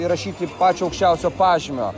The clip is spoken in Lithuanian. įrašyti pačio aukščiausio pažymio